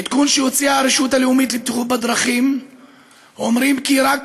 עדכון שהוציאה הרשות הלאומית לבטיחות בדרכים אומר כי רק